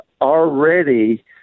already